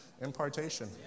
Impartation